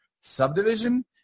subdivision